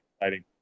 exciting